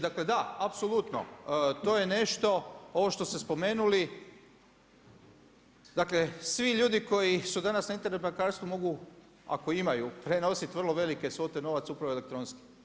Dakle da, apsolutno, to je nešto, ovo što ste spomenuli, dakle svi ljudi koji su danas na Internet bankarstvu mogu, ako imaju prenositi vrlo velike svote novaca upravo elektronski.